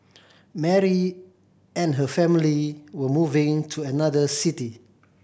Mary and her family were moving to another city